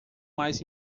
mais